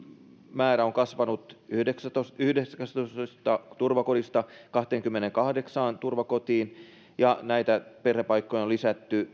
määrä on kasvanut yhdeksästätoista kahteenkymmeneenkahdeksaan turvakotiin ja näitä perhepaikkoja on lisätty